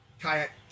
kayak